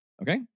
Okay